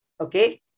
Okay